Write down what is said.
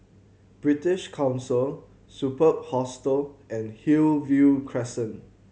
British Council Superb Hostel and Hillview Crescent